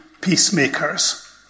peacemakers